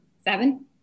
Seven